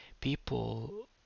people